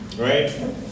Right